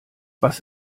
was